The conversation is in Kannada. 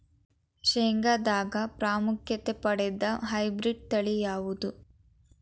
ಶೇಂಗಾದಾಗ ಪ್ರಾಮುಖ್ಯತೆ ಪಡೆದ ಹೈಬ್ರಿಡ್ ತಳಿ ಯಾವುದು?